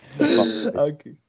Okay